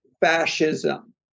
fascism